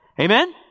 Amen